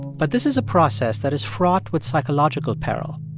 but this is a process that is fraught with psychological peril.